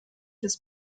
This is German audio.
des